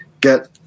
get